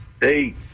hey